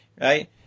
right